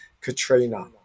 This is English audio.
katrina